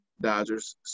Dodgers